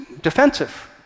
defensive